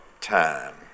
time